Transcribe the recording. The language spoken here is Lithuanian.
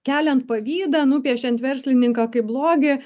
keliant pavydą nupiešiant verslininką kaip blogį